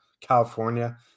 California